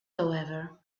however